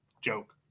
Joke